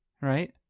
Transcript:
right